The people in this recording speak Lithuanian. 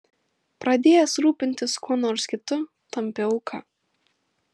pradėjęs rūpintis kuo nors kitu tampi auka